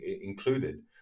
included